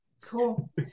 cool